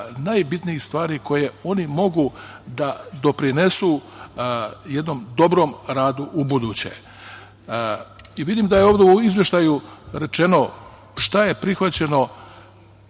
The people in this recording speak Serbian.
najbitnijih stvari koje oni mogu da doprinesu jednom dobrom radu u buduće. Vidim da je ovde u izveštaju rečeno šta je prihvaćeno,